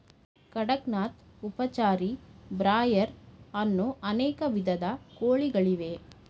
ಕಡಕ್ ನಾಥ್, ಉಪಚಾರಿ, ಬ್ರಾಯ್ಲರ್ ಅನ್ನೋ ಅನೇಕ ವಿಧದ ಕೋಳಿಗಳಿವೆ